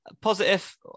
positive